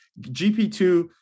GP2